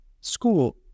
school